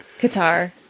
Qatar